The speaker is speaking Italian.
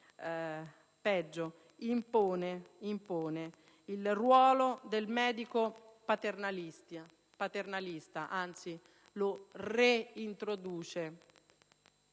peggio, impone il ruolo del medico paternalista, anzi lo reintroduce.